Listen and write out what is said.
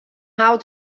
how